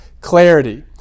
clarity